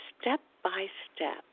step-by-step